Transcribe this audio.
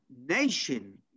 nation